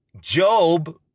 Job